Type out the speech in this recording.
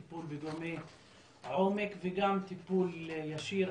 טיפול בגורמי עומק וגם טיפול ישיר,